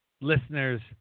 listeners